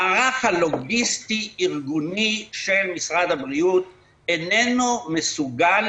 המערך הלוגיסטי-ארגוני של משרד הבריאות איננו מסוגל